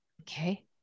Okay